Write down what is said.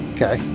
Okay